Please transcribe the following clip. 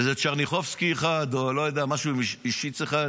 איזה טשרניחובסקי אחד או איזה משהו עם שיץ אחד.